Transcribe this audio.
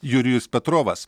jurijus petrovas